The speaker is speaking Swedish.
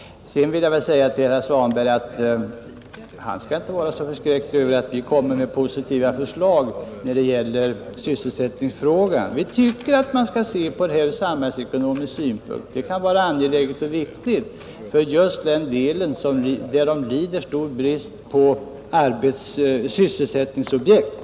Sedan vill jag säga till herr Svanberg att han inte skall vara så förskräckt över att vi kommer med positiva förslag när det gäller sysselsättningsfrågan. Vi tycker att man skall se på detta ur samhällsekonomisk synpunkt. Det kan vara angeläget och riktigt för just en del av landet där man lider stor brist på sysselsättningsobjekt.